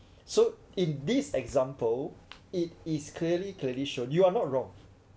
so in this example it is clearly clearly showed you are not wrong